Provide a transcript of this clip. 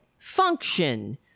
function